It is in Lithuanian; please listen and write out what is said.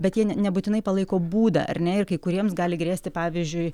bet jie nebūtinai palaiko būdą ar ne ir kai kuriems gali grėsti pavyzdžiui